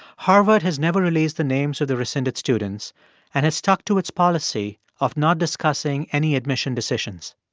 harvard has never released the names of the rescinded students and has stuck to its policy of not discussing any admission decisions.